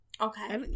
Okay